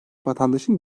vatandaşın